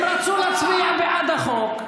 הם רצו להצביע בעד החוק,